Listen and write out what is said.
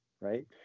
Right